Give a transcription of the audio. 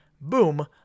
Boom